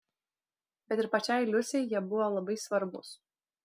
bet ir pačiai liusei jie buvo labai svarbūs